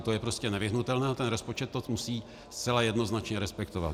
To je prostě nevyhnutelné a ten rozpočet to musí zcela jednoznačně respektovat.